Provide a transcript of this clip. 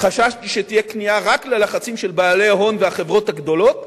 חששתי שתהיה כניעה רק ללחצים של בעלי ההון והחברות הגדולות,